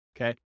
okay